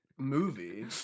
Movie